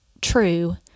true